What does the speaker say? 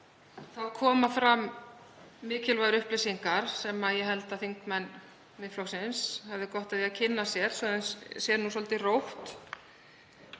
koma fram mikilvægar upplýsingar sem ég held að þingmenn Miðflokksins hefðu gott af því að kynna sér svo að þeim verði svolítið rótt.